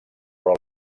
però